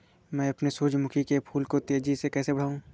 मैं अपने सूरजमुखी के फूल को तेजी से कैसे बढाऊं?